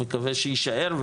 מקווה שיישאר.